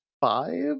five